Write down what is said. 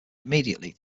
immediately